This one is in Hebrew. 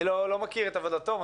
אני לא מכיר את עבודתו מספיק.